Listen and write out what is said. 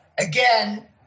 again